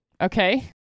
Okay